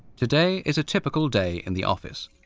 today is a typical day in the office.